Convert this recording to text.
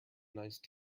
nice